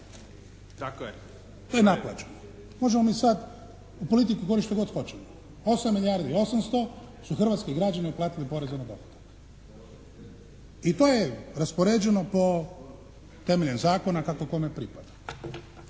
naplaćeno. To je najvažnije. Možemo mi sad u politiku govoriti što god hoćemo. 8 milijardi i 800 su hrvatski građani uplatiti poreza na dobit. I to je raspoređeno po, temeljem zakona kako kome pripada.